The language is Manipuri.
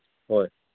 ꯍꯣꯏ